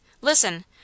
Listen